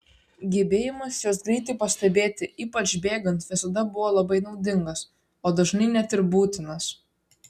gebėjimas juos greitai pastebėti ypač bėgant visada buvo labai naudingas o dažnai net ir būtinas